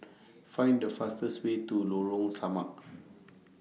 Find The fastest Way to Lorong Samak